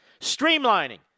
streamlining